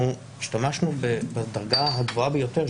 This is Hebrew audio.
אנחנו השתמשנו בדרגה הגבוהה ביותר,